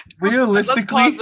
Realistically